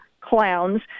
clowns